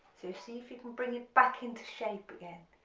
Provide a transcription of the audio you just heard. so see if you can bring it back into shape again.